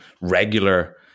regular